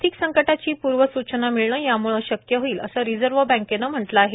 आर्थिक संकंटांची पूर्व सूचना मिळणं यामुळे शक्य होईल असं रिझर्व्ह बँकेनं म्हटलं आहे